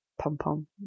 pom-pom